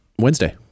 Wednesday